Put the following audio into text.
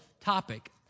topic